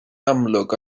amlwg